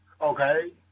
okay